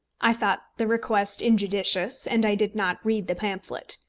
i thought the request injudicious, and i did not read the pamphlet.